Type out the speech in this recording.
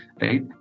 right